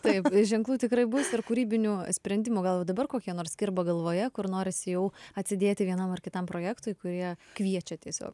taip ženklų tikrai bus ir kūrybinių sprendimų gal jau dabar kokie nors kirba galvoje kur norisi jau atsidėti vienam ar kitam projektui kurie kviečia tiesiog